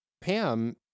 Pam